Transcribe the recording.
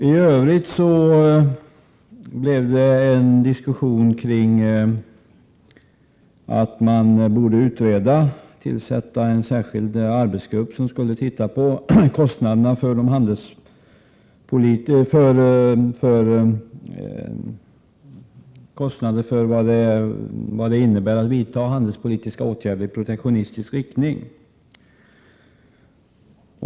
I övrigt blev det en diskussion om att man borde tillsätta en särskild arbetsgrupp som skulle titta på vilka kostnader det innebär att vidta handelspolitiska åtgärder i protektionistisk riktning.